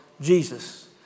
Jesus